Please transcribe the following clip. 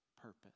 purpose